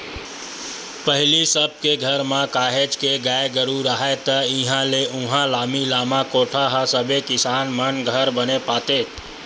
पहिली सब के घर म काहेच के गाय गरु राहय ता इहाँ ले उहाँ लामी लामा कोठा ह सबे किसान मन घर बने पातेस